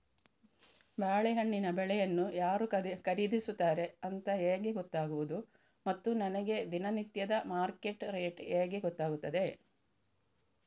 ಬಾಳೆಹಣ್ಣಿನ ಬೆಳೆಯನ್ನು ಯಾರು ಖರೀದಿಸುತ್ತಾರೆ ಅಂತ ಹೇಗೆ ಗೊತ್ತಾಗುವುದು ಮತ್ತು ನನಗೆ ದಿನನಿತ್ಯದ ಮಾರ್ಕೆಟ್ ರೇಟ್ ಹೇಗೆ ಗೊತ್ತಾಗುತ್ತದೆ?